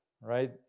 Right